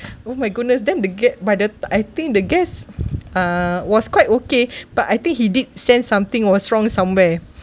oh my goodness then the guest by the I think the guest uh was quite okay but I think he did sense something was wrong somewhere